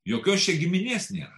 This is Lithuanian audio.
jokios čia giminės nėra